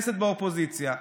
כנסת באופוזיציה.